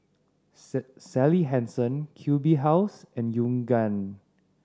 Sally Hansen Q B House and Yoogane